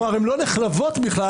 הם לא נחלבות בכלל,